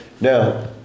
now